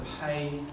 pay